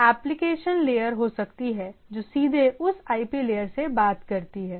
एक application layer हो सकती है जो सीधे उस आईपी लेयर से बात करती है